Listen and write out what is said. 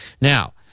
Now